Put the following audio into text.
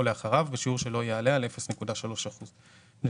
או לאחריו, בשיעור שלא יעלה על 0.3 אחוז לשנה".